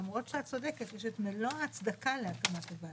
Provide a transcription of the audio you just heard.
למרות שאת צודקת, יש מלוא ההצדקה להקמת הוועדה.